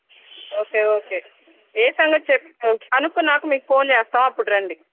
okay okay ఏ సంగతి చెప్పు అనుకున్నాక మీకు ఫోన్ చేస్తాము అప్పుడు రండి